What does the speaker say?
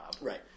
Right